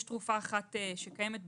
יש תרופה שקיימת בישראל,